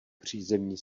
přízemní